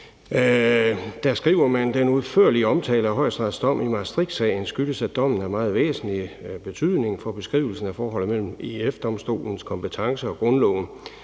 Der skriver man: »Den udførlige omtale af Højesterets dom i Maastricht-sagen skyldes, at dommen er af meget væsentlig betydning for beskrivelsen af forholdet mellem EF-Domstolens kompetence og grundloven.